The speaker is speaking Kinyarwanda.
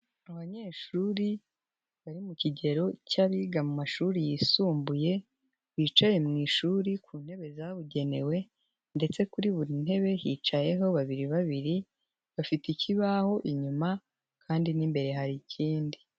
Abanyeshuri bari mu kigero cy'abiga mu mashuri yisumbuye bicaye mu ishuri ku ntebe zabugenewe, ndetse kuri buri ntebe hicayeho babiri babiri bafite ikibaho inyuma kandi n'imbere hari ikindi.